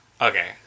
Okay